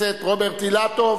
העיר אילת או